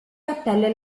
cappelle